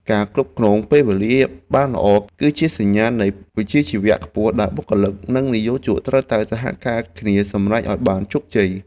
ការគ្រប់គ្រងពេលវេលាបានល្អ គឺជាសញ្ញាណនៃវិជ្ជាជីវៈខ្ពស់ដែលបុគ្គលិកនិងនិយោជកត្រូវតែសហការគ្នាសម្រេចឱ្យបានជោគជ័យ។